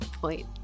point